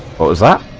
balzac